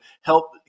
help